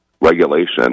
regulation